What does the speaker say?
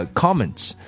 comments